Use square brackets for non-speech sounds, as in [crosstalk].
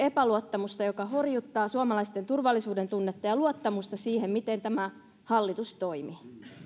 [unintelligible] epäluottamusta joka horjuttaa suomalaisten turvallisuudentunnetta ja luottamusta siihen miten tämä hallitus toimii